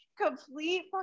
complete